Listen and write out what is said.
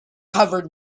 covered